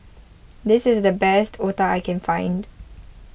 this is the best Otah I can find